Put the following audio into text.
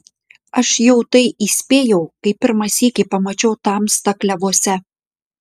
aš jau tai įspėjau kai pirmą sykį pamačiau tamstą klevuose